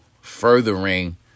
furthering